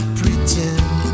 pretend